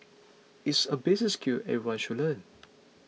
it's a basic skill everyone should learn